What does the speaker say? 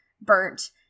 burnt